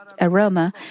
aroma